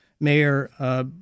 Mayor